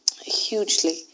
Hugely